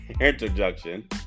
introduction